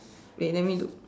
wait let me look